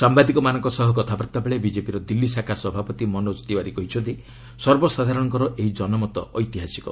ସାମ୍ଭାଦିକମାନଙ୍କ ସହ କଥାବାର୍ତ୍ତା ବେଳେ ବିଜେପିର ଦିଲ୍ଲୀ ଶାଖା ସଭାପତି ମନୋଚ୍ଚ ତିଓ୍ୱାରୀ କହିଛନ୍ତି ସର୍ବସାଧାରଣଙ୍କର ଏହି ଜନମତ ଐତିହାସିକ